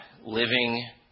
living